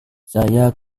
saya